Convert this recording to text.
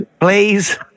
please